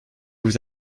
vous